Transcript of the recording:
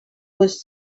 was